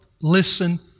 listen